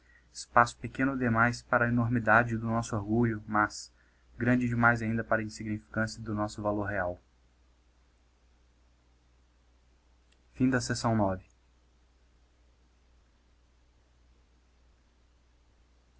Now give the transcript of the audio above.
espaço pequeno demais para a enormidade do nosso orgulho mas digiti zedby google grande demais ainda para a insignificância do nosso valor real chronicas e